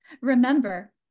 Remember